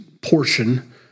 portion